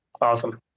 Awesome